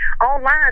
online